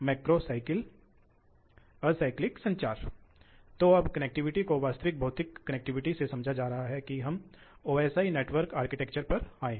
लेकिन जैसा कि हम देखेंगे कि वे काफी मात्रा में ऊर्जा बचा सकते हैं